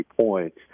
points